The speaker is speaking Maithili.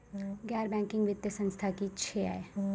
गैर बैंकिंग वित्तीय संस्था की छियै?